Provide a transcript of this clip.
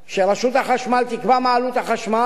רשות החשמל תקבע מה עלות החשמל,